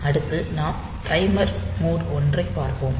அடுத்து நாம் timer mode 1 ஐப் பார்ப்போம்